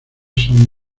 son